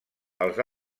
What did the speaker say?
els